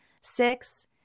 six